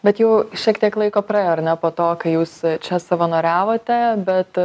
bet jau šiek tiek laiko praėjo ar ne po to kai jūs čia savanoriavote bet